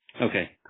Okay